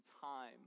time